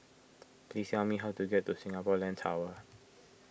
please tell me how to get to Singapore Land Tower